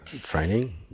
training